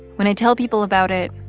when i tell people about it,